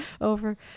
over